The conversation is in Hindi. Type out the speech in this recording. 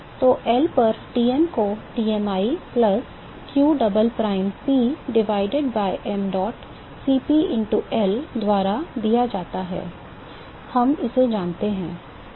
तो L पर Tm को Tmi plus qdouble prime P divided by mdot Cp into L द्वारा दीया जाता है हम इसे जानते हैं